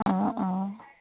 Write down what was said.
অঁ অঁ